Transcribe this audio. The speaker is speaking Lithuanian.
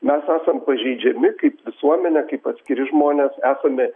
mes esam pažeidžiami kaip visuomenė kaip atskiri žmonės esame